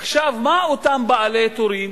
עכשיו מה אותם בעלי טורים,